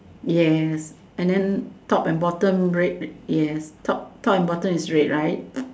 yes and then top and bottom red yes top top and bottom is red right